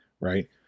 Right